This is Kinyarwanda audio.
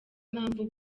mpamvu